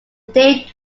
date